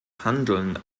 handeln